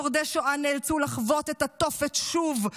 שורדי שואה נאלצו לחוות את התופת שוב,